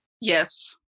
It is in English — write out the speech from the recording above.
Yes